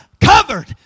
covered